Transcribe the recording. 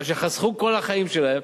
חסכו כל החיים שלהם,